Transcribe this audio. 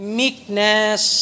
meekness